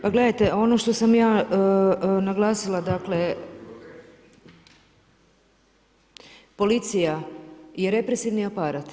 Pa gledajte, ono što sam ja naglasila dakle, policija je represivni aparat.